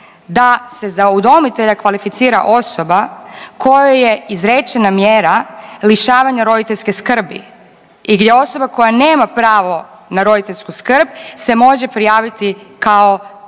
da se za udomitelja kvalificira osoba kojoj je izrečena mjera lišavanja roditeljske skrbi i gdje osoba koja nema pravo na roditeljsku skrb se može prijaviti kao